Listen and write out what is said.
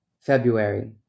February